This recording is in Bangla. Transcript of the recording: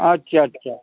আচ্ছা আচ্ছা